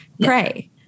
pray